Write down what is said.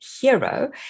Hero